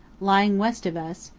lying west of us,